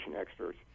experts